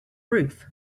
roof